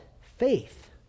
Faith